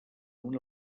una